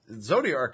Zodiac